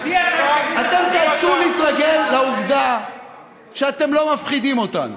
אתם תיאלצו להתרגל לעובדה שאתם לא מפחידים אותנו.